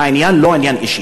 העניין לא אישי.